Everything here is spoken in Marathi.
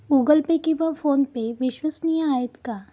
गूगल पे किंवा फोनपे विश्वसनीय आहेत का?